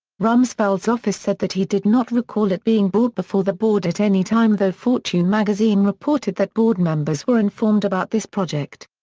rumsfeld's office said that he did not recall it being brought before the board at any time though fortune magazine reported that board members were informed about this project.